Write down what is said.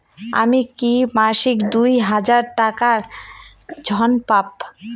আমি কি মাসিক দুই হাজার টাকার ঋণ পাব?